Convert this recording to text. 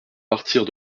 martyrs